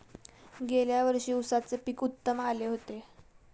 गेल्या वर्षी उसाचे पीक उत्तम आले होते